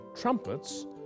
trumpets